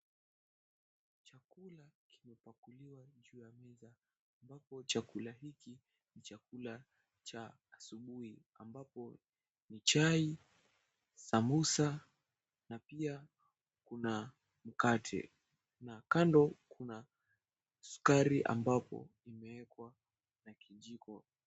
Chakula kimepakuliwa juu ya meza ambapo chakula hiki ni chakula cha asubuhi ambapo ni chai, sambusa na pia kuna mkate na kando kuna sukari ambapo imewekwa na kijiko.